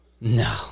No